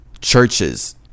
churches